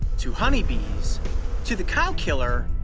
to honey bees to the cow killer,